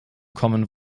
common